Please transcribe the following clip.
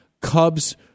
Cubs